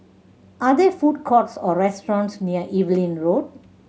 are there food courts or restaurants near Evelyn Road